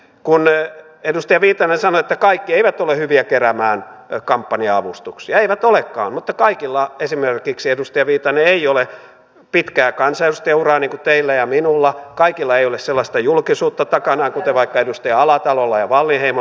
kun edustaja viitanen sanoi että kaikki eivät ole hyviä keräämään kampanja avustuksia niin eivät olekaan mutta kaikilla esimerkiksi edustaja viitanen ei ole pitkää kansanedustajauraa niin kuin teillä ja minulla kaikilla ei ole sellaista julkisuutta takanaan kuten vaikka edustaja alatalolla ja edustaja wallinheimolla ja niin edelleen